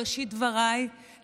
בראשית דבריי,